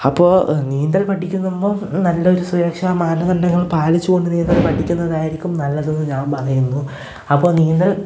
അപ്പോള് നീന്തൽ പഠിക്കുന്നുമ്പോള് നല്ലൊരു സുരക്ഷാ മാനദണ്ഡങ്ങൾ പാലിച്ചുകൊണ്ട് നീന്തൽ പഠിക്കുന്നതായിരിക്കും നല്ലതെന്ന് ഞാൻ പറയുന്നു അപ്പോള് നീന്തൽ